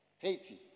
Haiti